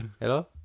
Hello